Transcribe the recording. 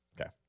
Okay